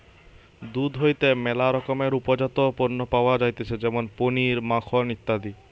দুধ হইতে ম্যালা রকমের উপজাত পণ্য পাওয়া যাইতেছে যেমন পনির, মাখন ইত্যাদি